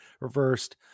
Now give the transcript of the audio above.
reversed